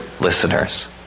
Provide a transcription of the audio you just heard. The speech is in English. listeners